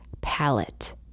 palette